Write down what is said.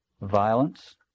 violence